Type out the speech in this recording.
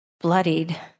bloodied